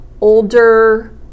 older